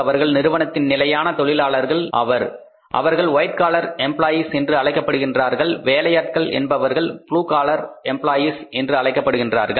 அவர்கள் நிறுவனத்தின் நிலையான தொழிலாளர்கள் ஆவர் அவர்கள் ஒயிட் காலர் எம்ப்ளாயீஸ் என்று அழைக்கப் படுகின்றார்கள் வேலையாட்கள் என்பவர்கள் ப்ளூ காலர் எம்ப்ளாயீஸ் என்று அழைக்கப்படுகின்றனர்